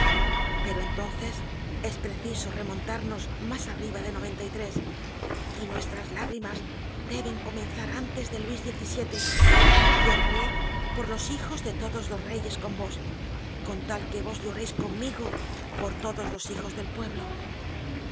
pero entonces es preciso remontarnos mas arriba de noventa y tres y nuestras lágrimas deben comenzar antes de luis xvii lloraré por los hijos de todos los reyes con vos con tal que vos lloreis conmigo por todos los hijos del pueblo